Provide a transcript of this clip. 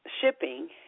shipping